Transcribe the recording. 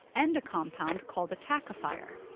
and a compound called a tackifier.